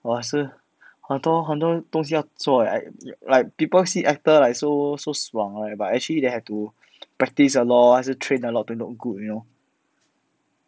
我是很多很多东西要做 eh like like people see actor like so so 爽 hor but actually they have to practice a lot 还是 train a lot to look good you know